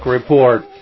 Report